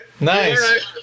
Nice